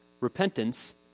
repentance